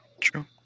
True